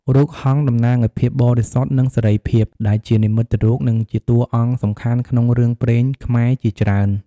រូបហង្សតំណាងឱ្យភាពបរិសុទ្ធនិងសេរីភាព ដែលជានិមិត្តរូបនិងជាតួអង្គសំខាន់ក្នុងរឿងព្រេងខ្មែរជាច្រើន។